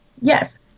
Yes